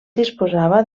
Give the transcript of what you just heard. disposava